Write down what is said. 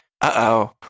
uh-oh